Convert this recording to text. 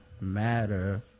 Matter